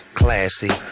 classy